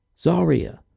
Zaria